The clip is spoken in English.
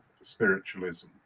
spiritualism